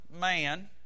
man